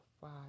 five